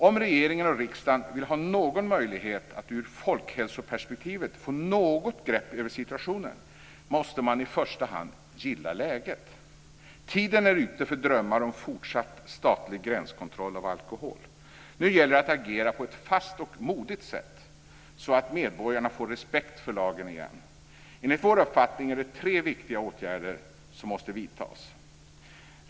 Om regeringen och riksdagen vill ha någon möjlighet att ur folkhälsoperspektivet få något grepp över situationen måste man i första hand "gilla läget". Tiden är ute för drömmar om fortsatt statlig gränskontroll av alkohol. Nu gäller det att agera på ett fast och modigt sätt så att medborgarna får respekt för lagen igen. Enligt vår uppfattning är det tre viktiga åtgärder som måste vidtas. 1.